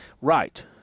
Right